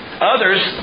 Others